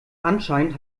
anscheinend